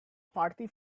party